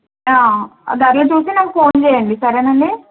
ధరలు చూసి నాకు ఫోన్ చేయండి సరేనండి